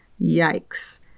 Yikes